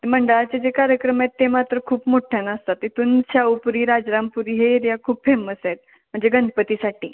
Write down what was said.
मंडळाचे जे कार्यक्रम आहेत ते मात्र खूप मोठ्ठ्यानं असतात तिथून शाहूपुरी राजारामपुरी हे एरिया खूप फेमस आहेत म्हणजे गणपतीसाठी